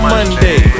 Monday